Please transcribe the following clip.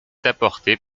apportées